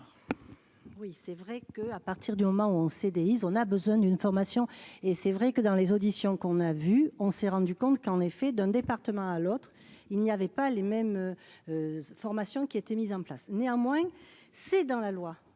Oui c'est vrai que à partir du moment où on en CDI, on a besoin d'une formation et c'est vrai que dans les auditions qu'on a vu, on s'est rendu compte qu'en effet, d'un département à l'autre, il n'y avait pas les mêmes. Formations qui a été mise en place. Néanmoins, c'est dans la loi,